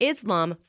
Islam